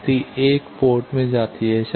शक्ति 1 पोर्ट में जाती है